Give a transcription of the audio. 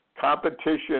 Competition